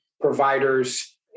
Providers